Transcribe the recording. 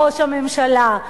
ראש הממשלה.